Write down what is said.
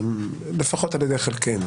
לפחות על ידי חלקנו.